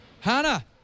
Hannah